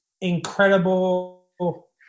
incredible